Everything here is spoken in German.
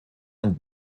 und